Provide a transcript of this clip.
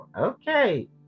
okay